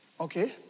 Okay